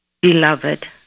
Beloved